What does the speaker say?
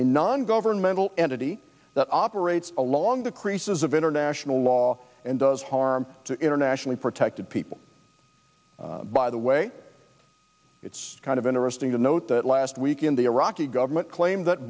a non governmental entity that operates along the creases of international law and does harm to internationally protected people by the way it's kind of interesting to note that last week in the iraqi government claimed that